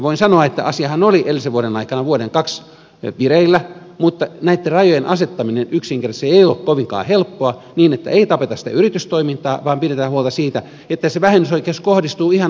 voin sanoa että asiahan oli edellisen vuoden aikana vuodenkaksi vireillä mutta yksinkertaisesti ei ole kovinkaan helppoa näitten rajojen asettaminen niin että ei tapeta sitä yritystoimintaa vaan pidetään huolta siitä että se vähennysoikeus kohdistuu ihan oikealla tavalla